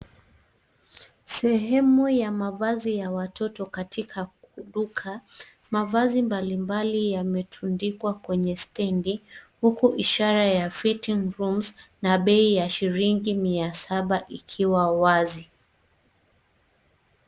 Sehemu ya mavazi ya watoto katika duka, mavazi mbalimbali yametundikwa kwenye stendi, huku ishara ya fitting rooms , na bei ya shilingi mia saba ikiwa wazi.